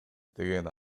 деген